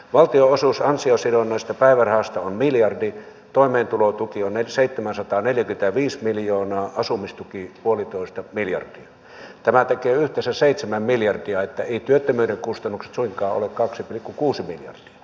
vaikka rahoituksen määrää joudutaan sopeuttamaan taloustilanteen vuoksi on nyt seitsemänsataaneljä pita viisi miljoonaa asumistuki samalla tarkoitus luoda uusia toimintatapoja joiden avulla yhteiskuntamme pystyy tarjoamaan laadukkaan koulutuksen jatkossakin